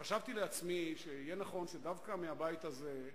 חשבתי לעצמי שיהיה נכון שדווקא מהבית הזה,